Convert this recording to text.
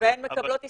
והן מקבלות ישראלים?